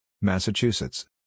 Massachusetts